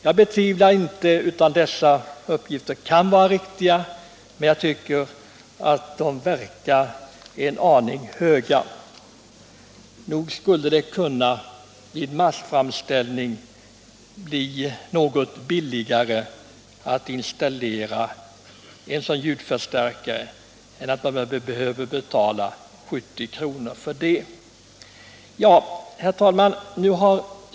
Jag betvivlar inte att dessa uppgifter kan vara riktiga, men jag tycker att kostnaden verkar en aning hög. Nog borde det vid massframställning kunna bli något billigare än 70 kr. att installera en ljudförstärkare. Herr talman!